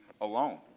alone